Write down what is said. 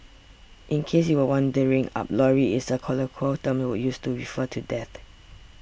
in case you were wondering Up lorry is a colloquial term used to refer to death